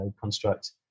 Construct